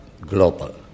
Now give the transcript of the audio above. global